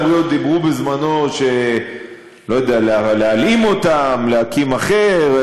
דיברו בזמנו, לא יודע, להלאים אותם, להקים אחר?